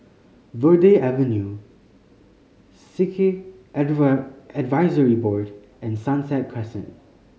Verde Avenue Sikh Advisory Board and Sunset Crescent